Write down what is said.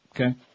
Okay